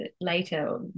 later